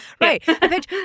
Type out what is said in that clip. Right